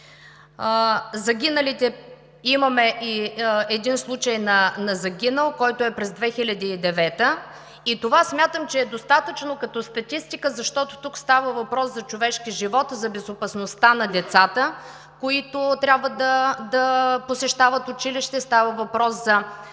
г. са две. Имаме и един случай на загинал през 2009 г. Смятам, че това е достатъчно като статистика, защото тук става въпрос за човешки живот, за безопасността на децата, които трябва да посещават училище, става въпрос за тези